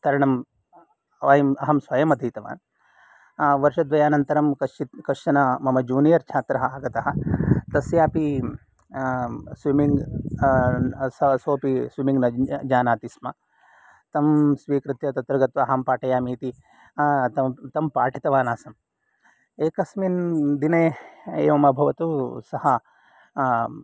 तरणं वयम् अहं स्वयम् अधीतवान् वर्षद्वयानन्तरं कश्चित् कश्चन मम जूनियर्छात्रः आगतः तस्य अपि स्विमिङ्ग् सोऽपि स्विमिङ्ग् न जानाति स्म तं स्वीकृत्य तत्र गत्वा अहं पाठयामि इति तं तं पाठितवान् आसम् एकस्मिन् दिने एवम् अभवत् सः